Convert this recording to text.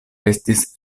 estis